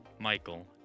Michael